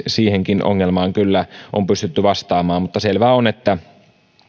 siihenkin ongelmaan on pystytty kyllä vastaamaan mutta selvä on että